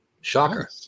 Shocker